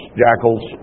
jackals